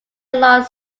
long